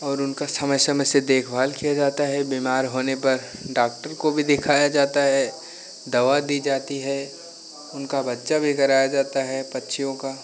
और उनका समय समय से देखभाल किया जाता है बीमार होने पर डॉक्टर को भी दिखाया जाता है दवा दी जाती है उनका बच्चा भी कराया जाता है पक्षियों का